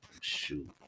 shoot